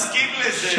מסכים לזה,